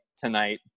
tonight